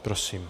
Prosím.